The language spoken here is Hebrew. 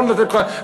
לא לתת לכל אחד.